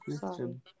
question